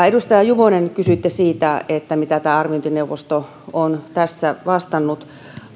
edustaja juvonen kysyitte siitä mitä arviointineuvosto on tässä vastannut